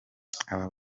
aba